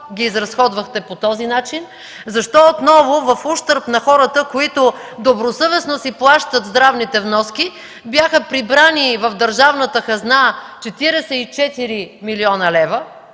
ги изразходвахте по този начин? Защо отново в ущърб на хората, които добросъвестно си плащат здравните вноски, бяха прибрани в държавната хазна 44 млн. лв.